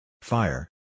Fire